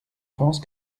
pense